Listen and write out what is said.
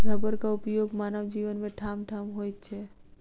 रबरक उपयोग मानव जीवन मे ठामठाम होइत छै